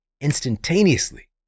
Instantaneously